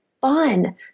fun